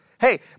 hey